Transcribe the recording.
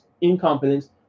incompetence